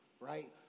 right